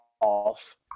off